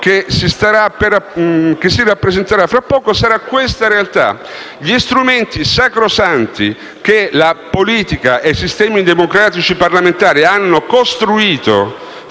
che si rappresenterà tra poco sarà questa realtà. Gli strumenti sacrosanti che la politica e i sistemi democratici parlamentari hanno costruito,